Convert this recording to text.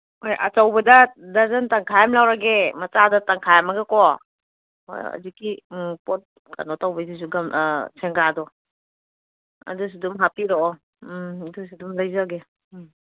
ꯍꯣꯏ ꯑꯆꯧꯕꯗ ꯗꯔꯖꯟ ꯇꯪꯈꯥꯏ ꯑꯃ ꯂꯧꯔꯒꯦ ꯃꯆꯥꯗ ꯇꯪꯈꯥꯏ ꯑꯃꯒꯀꯣ ꯍꯣꯏ ꯍꯧꯖꯤꯛꯀꯤ ꯎꯝ ꯄꯣꯠ ꯀꯩꯅꯣ ꯇꯧꯕꯩꯗꯨꯁꯨ ꯁꯦꯡꯒꯥꯗꯣ ꯑꯗꯨꯁꯨ ꯑꯗꯨꯝ ꯍꯥꯞꯄꯤꯔꯛꯑꯣ ꯎꯝ ꯑꯗꯨꯁꯨ ꯑꯗꯨꯝ ꯂꯩꯖꯒꯦ ꯎꯝ